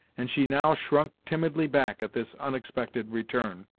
and she now shrunk timidly back at this unexpected return.